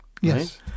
yes